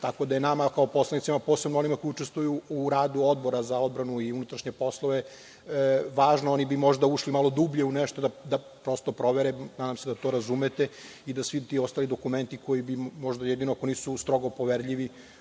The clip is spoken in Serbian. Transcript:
tako da je nama kao poslanicima a posebno onima koji učestvuju u radu Odbora za odbranu i unutrašnje poslove važno. Oni bi možda ušli malo dublje u nešto da prosto provere. Nadam se da to razumete i da svi ti ostali dokumenti koji bi možda jedino ako nisu strogo poverljivi,